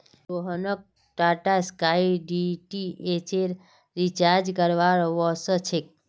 रोहनक टाटास्काई डीटीएचेर रिचार्ज करवा व स छेक